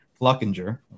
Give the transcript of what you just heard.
Fluckinger